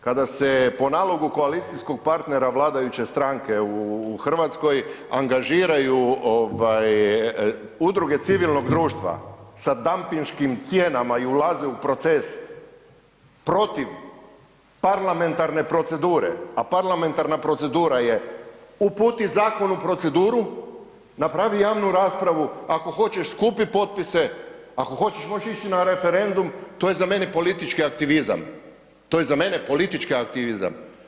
Kada se po nalogu koalicijskog partnera vladajuće stranke u Hrvatskoj angažiraju udruge civilnog društva sa dampiškim cijenama i ulaze u proces protiv parlamentarne procedure, a parlamentarna procedura je uputi zakon u proceduru, napravi javni raspravu, ako hoćeš skupi potpise, ako hoćeš možeš ići na referendum, to je za mene politički aktivizam, to je za mene politički aktivizam.